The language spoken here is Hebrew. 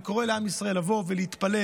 אני קורא לעם ישראל לבוא ולהתפלל.